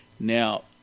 Now